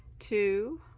two